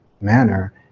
manner